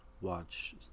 watch